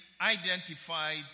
identified